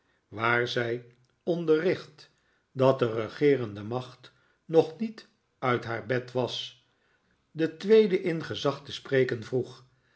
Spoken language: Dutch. waar zij onderricht dat de regeerende macht nog niet uit haar bed was de tweede in gezag te spreken vroeg